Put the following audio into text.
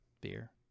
beer